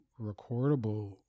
recordable